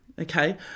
okay